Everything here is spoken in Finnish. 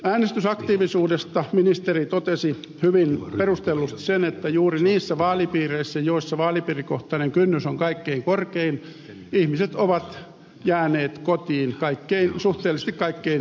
äänestysaktiivisuudesta ministeri totesi hyvin perustellusti sen että juuri niissä vaalipiireissä joissa vaalipiirikohtainen kynnys on kaikkein korkein ihmiset ovat jääneet kotiin suhteellisesti kaikkein eniten